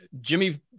Jimmy